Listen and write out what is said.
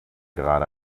gerade